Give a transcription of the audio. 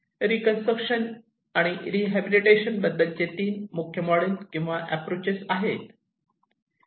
reconstruction आणि rehabilitation बद्दलचे 3 मुख्य मॉडेल किंवा अॅप्रोचेस आहेत